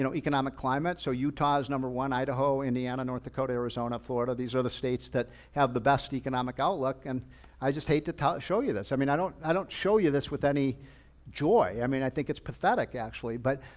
you know economic climate. so utah's number one, idaho, indiana, north dakota, arizona, florida. these are the states that have the best economic outlook. and i just hate to show you this. i mean, i don't i don't show you this with any joy. i mean, i think it's pathetic actually. but,